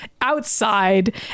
outside